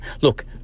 Look